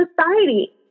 society